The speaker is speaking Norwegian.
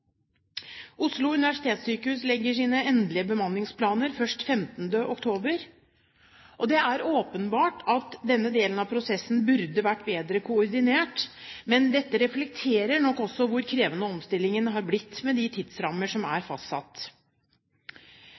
Oslo universitetssykehus legger sine endelige bemanningsplaner først 15. oktober. Det er åpenbart at denne delen av prosessen burde vært bedre koordinert, men dette reflekterer nok også hvor krevende omstillingen har blitt med de tidsrammer som er fastsatt.